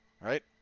right